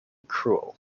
cruel